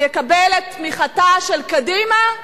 והוא יקבל את תמיכתה של קדימה מבחוץ.